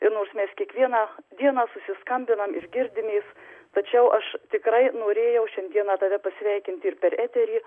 ir nors mes kiekvieną dieną susiskambinam ir girdimės tačiau aš tikrai norėjau šiandieną tave pasveikinti ir per eterį